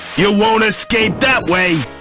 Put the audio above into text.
you won't escape that way